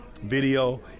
video